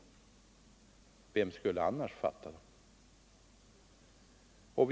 Vem skulle annars fatta dem?